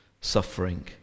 suffering